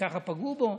שככה פגעו בו.